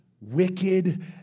wicked